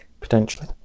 Potentially